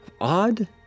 Odd